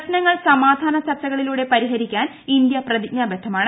പ്രശ്നങ്ങൾ സമാധാന ചർച്ചകളിലൂടെ പരിഹരിക്കാൻ ഇന്ത്യ പ്രതിജ്ഞാബദ്ധമാണ്